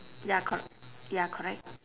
ya cor~ ya correct